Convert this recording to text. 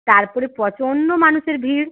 তারপরে প্রচণ্ড মানুষের ভিড়